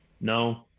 no